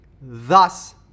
thus